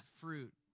fruit